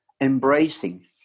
embracing